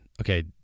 Okay